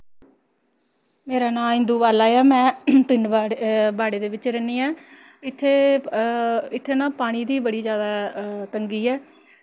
मेरा नांऽ इंदु बाला ऐ में पिंड बाड़े दे बिच रैह्नी आं इ'त्थें इ'त्थें ना पानी दी बड़ी जादा तंगी ऐ